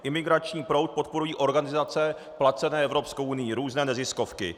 Imigrační proud podporují organizace placené Evropskou unií, různé neziskovky.